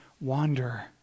wander